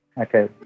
Okay